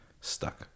stuck